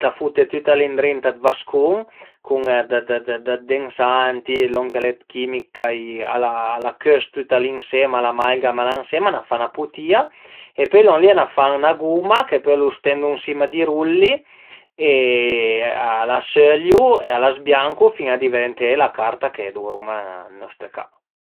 t'a fute tüt li ëndrinta dë vascun cun ëndrinta d'addensanti, lon ch'al dë chimica, a la cös tüta li ënsema, a l'amalgama la ënsema, a n'a fa 'na puti-ia e pöi lon li a n'an fan 'na guma e pöi a lu stendu ën sima di rulli e a la söliu, a la sbiancu fin a diventé la carta che duvrum ën nostre ca